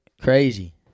Crazy